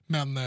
Men